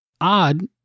Odd